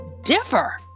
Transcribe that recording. differ